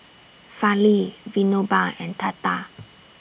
Fali Vinoba and Tata